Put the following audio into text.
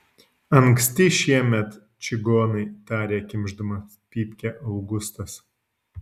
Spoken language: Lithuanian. anksti šiemet čigonai tarė kimšdamas pypkę augustas